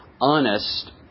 honest